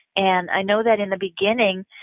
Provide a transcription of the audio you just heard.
and i know that in the beginning,